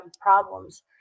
problems